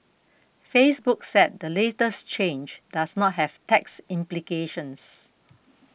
Facebook said the latest change does not have tax implications